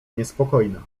niespokojna